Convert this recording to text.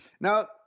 Now